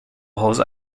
hause